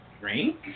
Drink